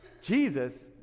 Jesus